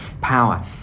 power